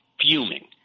fuming